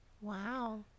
wow